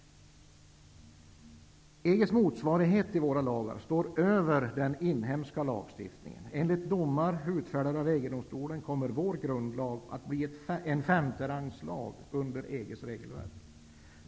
EG:s motsvarighet till våra lagar står över den inhemska lagstiftningen. Enligt domar utfärdade av EG-domstolen, kommer vår grundlag att bli en femterangslag under EG:s regelverk.